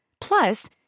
Plus